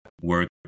work